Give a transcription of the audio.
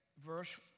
verse